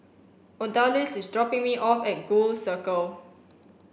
Odalys is dropping me off at Gul Circle